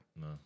No